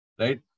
right